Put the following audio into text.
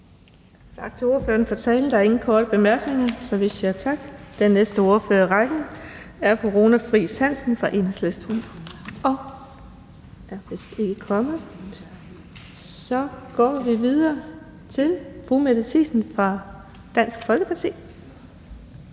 Tak til ordføreren for talen. Der er ingen korte bemærkninger, så vi siger tak. Den næste ordfører i rækken er fru Runa Friis Hansen fra Enhedslisten. Hun er vist ikke kommet, og så går vi videre til fru Mette Thiesen fra Dansk Folkeparti.